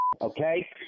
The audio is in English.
okay